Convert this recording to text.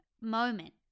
moment